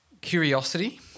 Curiosity